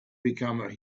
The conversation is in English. become